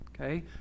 Okay